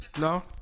No